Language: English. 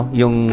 yung